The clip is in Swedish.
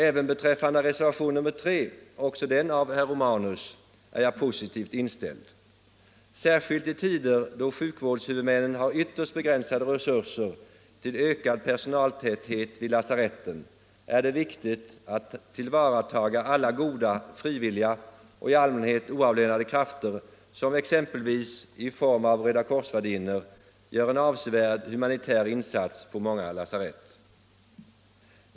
Även till reservationen 3, också den av herr Romanus, är jag positivt inställd. Särskilt i tider då sjukvårdshuvudmännen har ytterst begränsade resurser till ökad personaltäthet vid lasaretten är det viktigt att tillvarata alla goda, frivilliga och i allmänhet oavlönade krafter, som exempelvis i form av Röda kors-värdinnor gör en avsevärd humanitär insats på många lasarett.